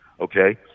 Okay